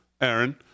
Aaron